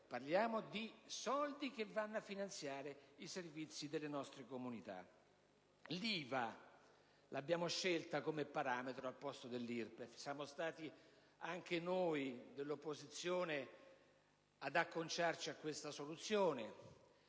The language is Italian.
parliamo di soldi che vanno a finanziare i servizi delle nostre comunità. Abbiamo scelto come parametro l'IVA, al posto dell'IRPEF e siamo stati anche noi dell'opposizione ad acconciarci a questa soluzione.